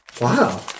Wow